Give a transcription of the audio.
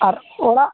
ᱟᱨ ᱚᱲᱟᱜ